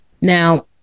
Now